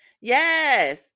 Yes